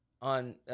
on